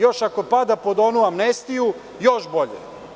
Još ako pada pod onu amnestiju, još bolje.